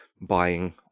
buying